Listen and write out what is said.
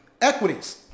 equities